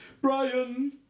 Brian